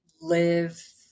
live